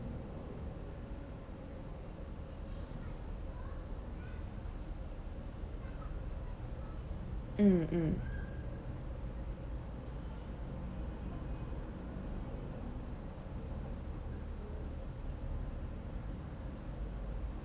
mm mm